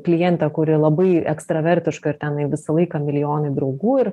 klientę kuri labai ekstravertiška ir ten visą laiką milijonai draugų ir